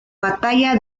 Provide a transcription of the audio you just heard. batalla